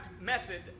method